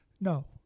No